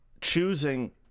choosing